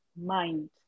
mind